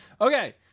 Okay